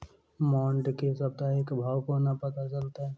मंडी केँ साप्ताहिक भाव कोना पत्ता चलतै?